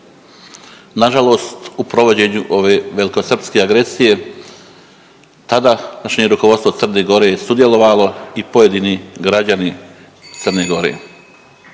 Nažalost u provođenju ove velikosrpske agresije tadašnje rukovodstvo Crne Gore je sudjelovalo i pojedini građani Crne Gore.